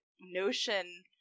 notion